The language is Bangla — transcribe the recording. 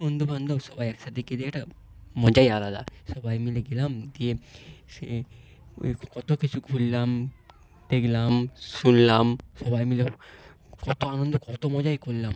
বন্ধুবান্ধব সবাই একসাথে গেলে একটা মজাই আলাদা সবাই মিলে গেলাম গিয়ে সে কত কিছু ঘুরলাম দেখলাম শুনলাম সবাই মিলে কত আনন্দ কত মজাই করলাম